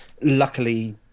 Luckily